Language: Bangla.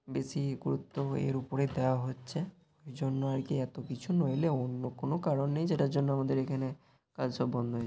বেশি গুরুত্ব এর উপরে দেওয়া হচ্ছে ওই জন্য আর কি এত কিছু নইলে কোন কারণ নেই যেটার জন্য আমাদের এখানে কাজ সব বন্ধ হয়ে